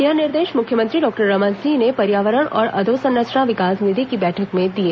यह निर्देश मुख्यमंत्री डॉक्टर रमन सिंह ने पर्यावरण और अधोसंरचना विकास निधि की बैठक में दिए